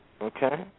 okay